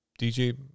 dj